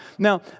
Now